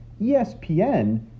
espn